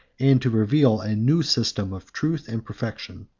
and to reveal a new system of truth and perfection.